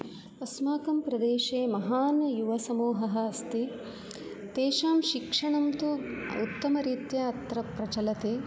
अस्माकं प्रदेशे महान् युवसमूहः अस्ति तेषां शिक्षणं तु उत्तमरीत्या अत्र प्रचलति